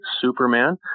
Superman